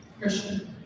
Christian